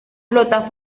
flota